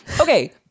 Okay